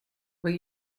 what